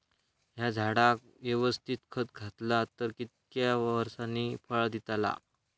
हया झाडाक यवस्तित खत घातला तर कितक्या वरसांनी फळा दीताला?